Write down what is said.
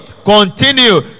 Continue